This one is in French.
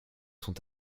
sont